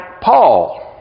Paul